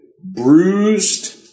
bruised